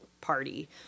party